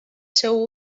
seu